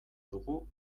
dugu